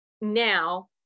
now